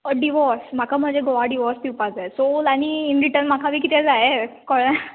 divorce म्हाका म्हजे घोवाक डिवोर्स दिवपाक जाय सो आनी इन रिटन म्हाका बीन कितें जाय कळ्ळें